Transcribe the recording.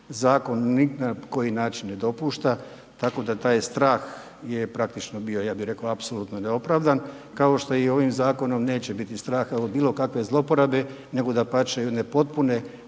zakon ni na koji način ne dopušta, tako da taj strah je praktično bio, ja bih rekao apsolutno neopravdan, kao što i ovim zakonom neće biti straha od bilo kakve zlouporabe, nego dapače, jedne potpune